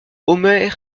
omer